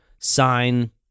sign